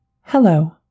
Hello